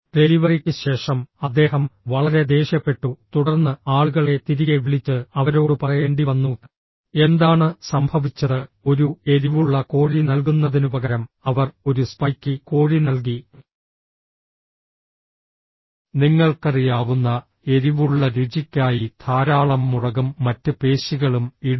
ഡെലിവറിക്ക് ശേഷം അദ്ദേഹം വളരെ ദേഷ്യപ്പെട്ടു തുടർന്ന് ആളുകളെ തിരികെ വിളിച്ച് അവരോട് പറയേണ്ടി വന്നു എന്താണ് സംഭവിച്ചത് ഒരു എരിവുള്ള കോഴി നൽകുന്നതിനുപകരം അവർ ഒരു സ്പൈക്കി കോഴി നൽകി നിങ്ങൾക്കറിയാവുന്ന എരിവുള്ള രുചിക്കായി ധാരാളം മുളകും മറ്റ് പേശികളും ഇടുന്നു